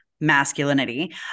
masculinity